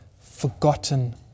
forgotten